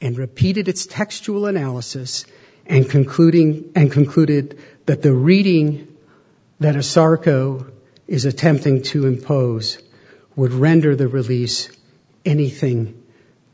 and repeated its textual analysis and concluding and concluded that the reading that or sarka is attempting to impose would render the release anything